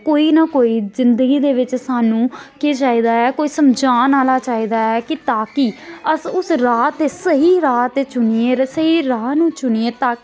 कोई ना कोई जिंदगी दे बिच्च सानूं केह् चाहिदा ऐ कोई समझान आह्ला चाहिदा ऐ कि ताकि अस उस राह् ते स्हेई राह् ते चुनियै स्हेई राह् नू चुनियै ताक